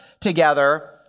together